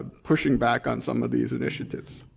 pushing back on some of these initiatives?